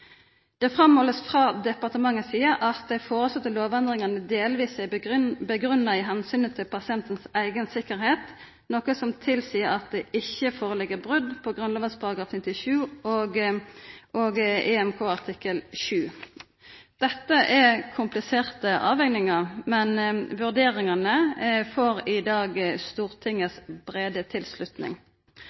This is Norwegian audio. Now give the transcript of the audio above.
blir halde fram frå departementet si side at dei lovendringane som er foreslått, delvis er grunngitt av omsyn til pasienten si eiga sikkerheit, noko som tilseier at det ikkje ligg føre brot på Grunnlova § 97 og Den europeiske menneskerettskonvensjonen, artikkel 7. Dette er kompliserte avvegingar, men vurderingane får i dag